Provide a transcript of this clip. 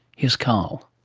here's carl.